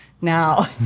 Now